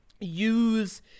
use